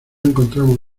encontramos